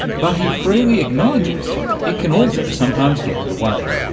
but he freely acknowledges it can also sometimes get in the way.